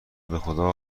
بخدا